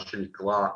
מה שנקרא,